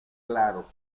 claro